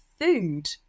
food